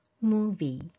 movie